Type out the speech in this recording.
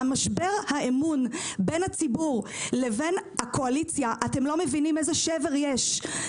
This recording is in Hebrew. משבר האמון בין הציבור לבין הקואליציה אתם לא מבינים איזה שבר יש.